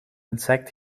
insect